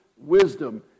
wisdom